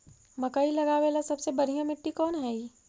मकई लगावेला सबसे बढ़िया मिट्टी कौन हैइ?